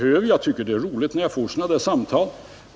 Jag tycker det är roligt att få sådana där samtal.